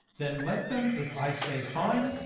then let them, if i say fine,